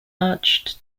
arched